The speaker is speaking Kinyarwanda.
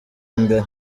mbere